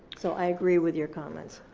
so i agree with your comments.